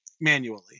manually